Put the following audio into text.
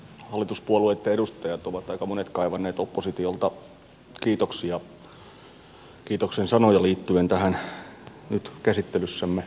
hallituspuolueitten edustajat ovat aika monet kaivanneet oppositiolta kiitoksen sanoja liittyen tähän nyt käsittelyssämme olevaan kehysratkaisuun